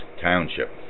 Township